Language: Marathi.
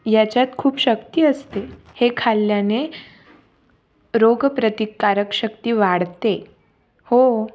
याच्यात खूप शक्ती असते हे खाल्ल्याने रोग प्रतिकारक शक्ती वाढते हो